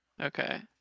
Okay